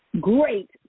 great